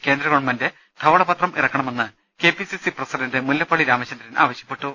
കേന്ദ്രഗവൺമെന്റ് ധവളപത്രം ഇറക്കണമെന്ന് കെപിസിസി പ്രസിഡന്റ് മുല്ലപ്പള്ളി രാമചന്ദ്രൻ ആവശ്യപ്പെട്ടു